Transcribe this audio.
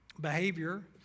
behavior